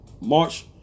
March